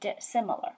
similar